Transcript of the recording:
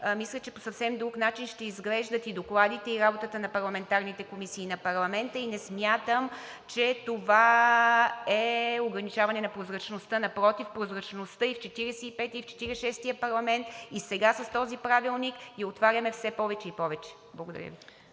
в чл. 73, по съвсем друг начин ще изглеждат и докладите, и работата на парламентарните комисии на парламента. Не смятам, че това е ограничаване на прозрачността, напротив – прозрачността и в 45-ия, и в 46-ия парламент, и сега с този правилник я отваряме все повече и повече. Благодаря Ви.